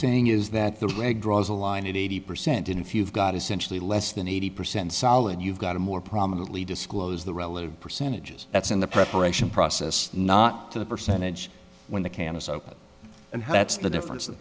saying is that the egg draws a line at eighty percent and if you've got essentially less than eighty percent solid you've got a more prominently disclose the relative percentages that's in the preparation process not to the percentage when the canis open and that's the difference